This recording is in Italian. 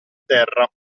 terra